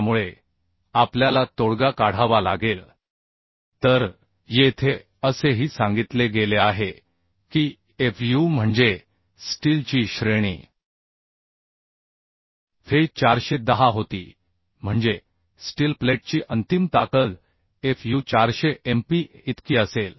त्यामुळे आपल्याला तोडगा काढावा लागेल तर येथे असेही सांगितले गेले आहे की Fu म्हणजे स्टीलची श्रेणी Fe 410 होती म्हणजे स्टील प्लेटची अंतिम ताकद Fu 400 MPa इतकी असेल